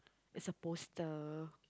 it's a poster